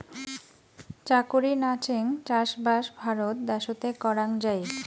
চাকুরি নাচেঙ চাষবাস ভারত দ্যাশোতে করাং যাই